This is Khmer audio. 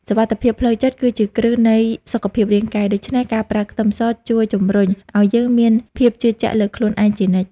សុវត្ថិភាពផ្លូវចិត្តគឺជាគ្រឹះនៃសុខភាពរាងកាយដូច្នេះការប្រើខ្ទឹមសជួយជម្រុញឱ្យយើងមានភាពជឿជាក់លើខ្លួនឯងជានិច្ច។